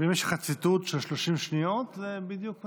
ואם יש לך ציטוט של 30 שניות, זה בדיוק הזמן.